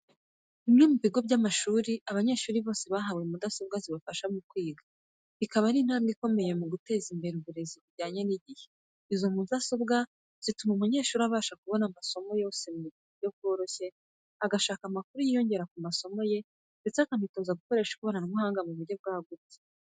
Bimwe mu bigo by'amashuri abanyeshuri bose bahawe mudasobwa zibafasha mu kwiga, bikaba ari intambwe ikomeye mu guteza imbere uburezi bujyanye n'igihe. Izo mudasobwa zituma umunyeshuri abasha kubona amasomo yose mu buryo bworoshye, agashaka amakuru yiyongera ku masomo ye, ndetse akanitoza gukoresha ikoranabuhanga mu buryo bwagutse.